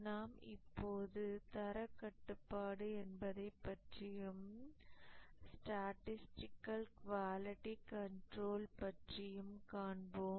நாம் இப்போது தரக்கட்டுப்பாடு என்பதைப் பற்றியும் ஸ்டட்டிஸ்டிகல் குவாலிட்டி கண்ட்ரோல் பற்றியும் காண்போம்